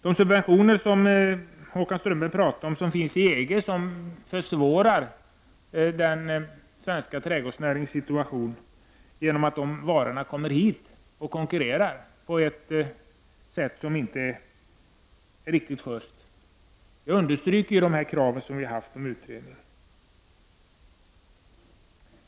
De subventioner som Håkan Strömberg säger finns i EG -- vilka försvårar den svenska trädgårdsnäringens situation genom att de subventionerade varorna kommer hit och konkurrerar på ett sätt som inte är riktigt schyst -- understryker de krav som vi har haft på en utredning.